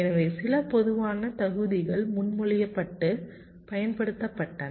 எனவே சில பொதுவான தகுதிகள் முன்மொழியப்பட்டு பயன்படுத்தப்பட்டன